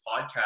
podcast